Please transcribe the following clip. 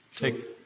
take